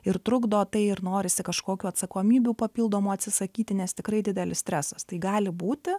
ir trukdo tai ir norisi kažkokių atsakomybių papildomų atsisakyti nes tikrai didelis stresas tai gali būti